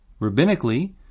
rabbinically